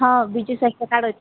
ହଁ ବିଜୁ ସ୍ୱାସ୍ଥ୍ୟ କାର୍ଡ଼ ଅଛେ